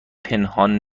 پنهان